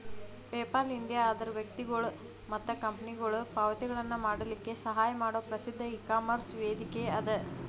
PayPal India ಅದರ್ ವ್ಯಕ್ತಿಗೊಳು ಮತ್ತ ಕಂಪನಿಗೊಳು ಪಾವತಿಗಳನ್ನ ಮಾಡಲಿಕ್ಕೆ ಸಹಾಯ ಮಾಡೊ ಪ್ರಸಿದ್ಧ ಇಕಾಮರ್ಸ್ ವೇದಿಕೆಅದ